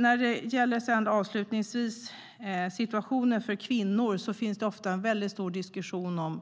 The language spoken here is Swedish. När det gäller situationen för kvinnor finns det ofta en stor diskussion